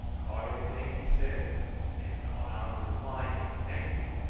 caught anything? he said and on our replying in the negative,